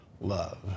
love